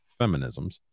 feminisms